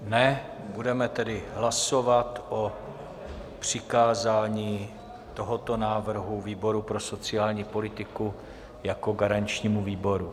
Ne, budeme tedy hlasovat o přikázání tohoto návrhu výboru pro sociální politiku jako garančnímu výboru.